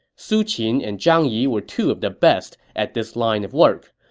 su qin and zhang yi were two of the best at this line of work.